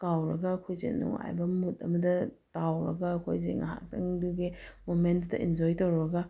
ꯀꯥꯎꯔꯒ ꯑꯩꯈꯣꯏꯁꯦ ꯅꯨꯡꯉꯥꯏꯕ ꯃꯨꯠ ꯑꯃꯗ ꯇꯥꯎꯔꯒ ꯑꯩꯈꯣꯏꯁꯦ ꯉꯥꯏꯍꯥꯛꯇꯪꯗꯨꯒꯤ ꯃꯣꯃꯦꯟꯇꯨꯗ ꯏꯟꯖꯣꯏ ꯇꯧꯔꯒ